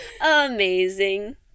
Amazing